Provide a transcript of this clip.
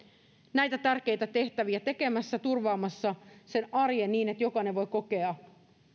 näitä tärkeitä tehtäviä tekemässä turvaamassa sen arjen niin että jokainen voi kokea